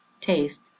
taste